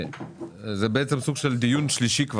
זה בעצם סוג של דיון שלישי,